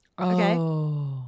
Okay